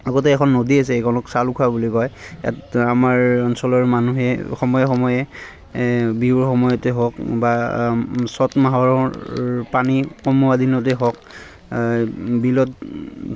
লগতে এখন নদী আছে সেইখনক চাউলখোৱা বুলি কয় ইয়াত আমাৰ অঞ্চলৰ মানুহে সময়ে সময়ে বিহুৰ সময়তে হওক বা চ'ত মাহৰ পানী কম হোৱা দিনতে হওক বিলত